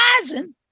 rising